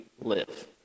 live